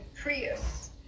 Prius